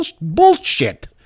bullshit